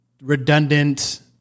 redundant